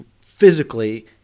physically